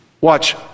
Watch